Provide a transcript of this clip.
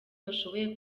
bashoboye